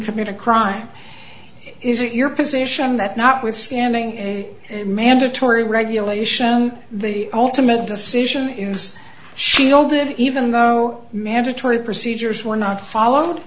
commit a crime is it your position that notwithstanding a mandatory regulation the ultimate decision is shielded even though mandatory procedures were not followed